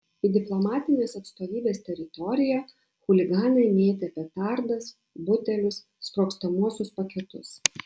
į diplomatinės atstovybės teritoriją chuliganai mėtė petardas butelius sprogstamuosius paketus